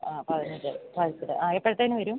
ആ പതിനഞ്ച് പാഴ്സല് ആ എപ്പോഴത്തേക്ക് വരും